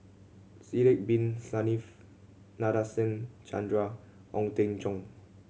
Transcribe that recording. Sidek Bin Saniff Nadasen Chandra Ong Teng Cheong